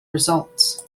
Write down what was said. results